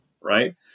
right